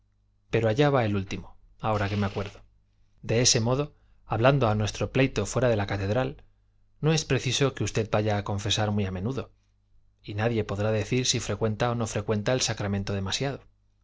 pero allá va el último ahora que me acuerdo de ese modo hablando de nuestro pleito fuera de la catedral no es preciso que usted vaya a confesar muy a menudo y nadie podrá decir si frecuenta o no frecuenta el sacramento demasiado